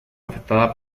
afectada